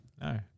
No